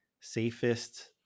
safest